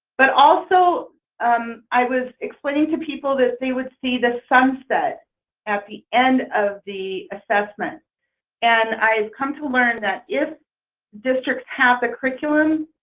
but also um i was explaining to people that they would see the sunset at the end of the assessment and i have come to learn that if districts have the curriculum,